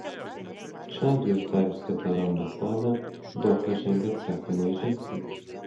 čadui uždarius kataro ambasadą doha žengė atsakomąjį žingsnį